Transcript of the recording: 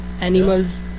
Animals